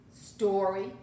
story